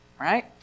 Right